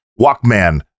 Walkman